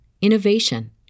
innovation